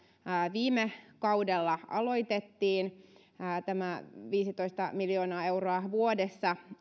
viime kaudella aloitettiin eli tämä viisitoista miljoonaa euroa vuodessa